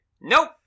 nope